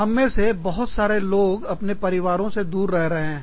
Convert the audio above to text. हम में से बहुत सारे लोग अपने परिवारों से दूर रह रहे हैं